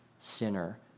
sinner